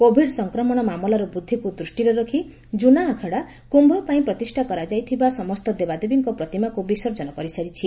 Covid ସଫକ୍ରମଣ ମାମଲାର ବୃଦ୍ଧିକୁ ଦୃଷ୍ଟିରେ ରଖି ଜୁନା ଆଖଡା କୁୟ ପାଇଁ ପ୍ରତିଷ୍ଠା କରାଯାଇଥିବା ସମସ୍ତ ଦେବାଦେବୀଙ୍କ ପ୍ରତିମାକୁ ବିସର୍ଜନ କରିସାରିଛି